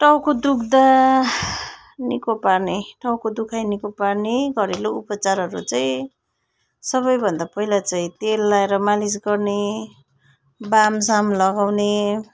टाउको दुख्दा निको पार्ने टाउको दुखाइ निको पार्ने घरेलु उपचारहरू चाहिँ सबै भन्दा पहिला चाहिँ तेल लगाएर मालिस गर्ने बामसाम लगाउने